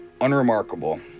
unremarkable